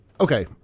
okay